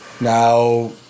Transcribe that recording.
Now